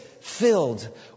filled